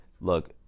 look